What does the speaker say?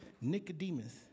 Nicodemus